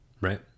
Right